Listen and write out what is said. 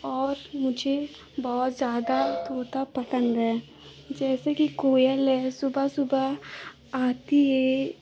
और मुझे बहुत ज़्यादा तोता पसन्द है जैसे कि कोयल है सुबह सुबह आती है